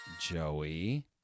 Joey